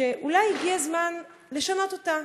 שאולי הגיע הזמן לשנות אותה.